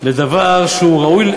לדבר שהוא ראוי,